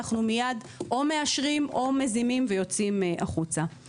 אנחנו מיד או מאשרים או מזימים ויוצאים החוצה.